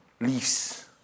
leaves